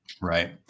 Right